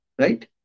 Right